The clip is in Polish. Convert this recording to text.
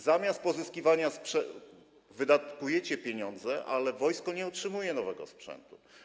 Zamiast pozyskiwania sprzętu... wydatkujecie pieniądze, ale wojsko nie otrzymuje nowego sprzętu.